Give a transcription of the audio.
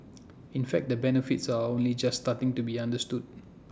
in fact the benefits are only just starting to be understood